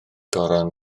goron